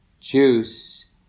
juice